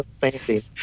fancy